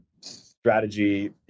strategy